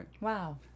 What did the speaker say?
Wow